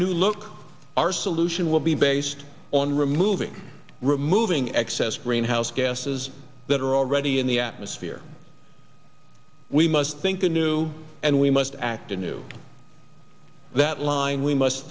new look our solution will be based on removing removing excess greenhouse gases that are already in the atmosphere we must think anew and we must act a new that line we must